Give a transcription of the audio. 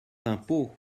d’impôts